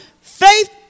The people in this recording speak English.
Faith